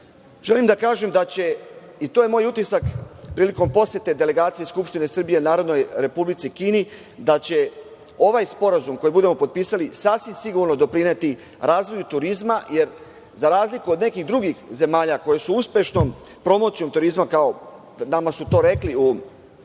da kažem da će, i to je moj utisak prilikom posete delegacije Skupštine Srbije Narodnoj Republici Kini, da će ovaj sporazum koji budemo potpisali sasvim sigurno doprineti razvoju turizma, jer za razliku od nekih drugih zemalja koje su uspešnom promocijom turizma, nama su to rekli u